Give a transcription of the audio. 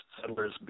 settlers